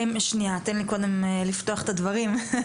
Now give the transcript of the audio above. שנייה, תן לי קודם לפתוח את הדברים.